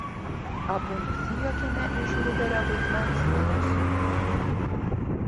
abu nusijuokiame iš huverio vaidmens mane suimant